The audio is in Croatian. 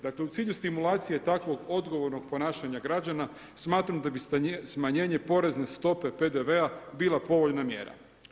Dakle u cilju stimulacije takvog odgovornog ponašanja građana smatram da bi smanjenje porezne stope PDV-a bila povoljna mjera.